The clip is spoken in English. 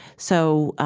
so